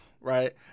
right